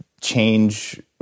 change